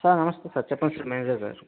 sir నమస్తే sir చెప్పండి sir manager గారు